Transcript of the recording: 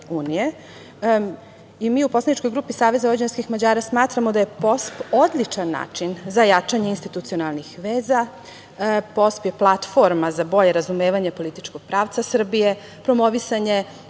EU.Mi u poslaničkog grupi SVM smatramo da je POSP odličan način za jačanje institucionalnih veza. Dakle, POSP je platforma za bolje razumevanje političkog pravca Srbije, promovisanje